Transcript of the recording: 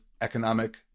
economic